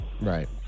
right